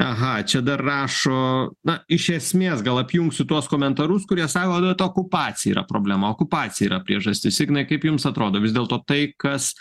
aha čia dar rašo na iš esmės gal apjungsiu tuos komentarus kurie sako kad vat okupacija yra problema okupacija yra priežastis ignai kaip jums atrodo vis dėlto tai kas